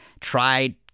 try